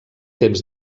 temps